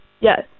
Yes